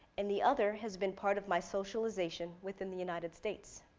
and the other has been part of my socialization within the united states.